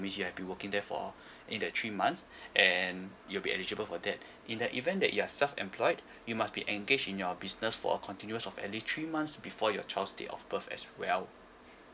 means you have been working there for in the three months and you'll be eligible for that in the event that you're self employed you must be engage in your business for continuous of at least three months before your child's date of birth as well